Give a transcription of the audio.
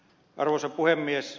arvoisa puhemies